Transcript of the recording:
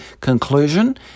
conclusion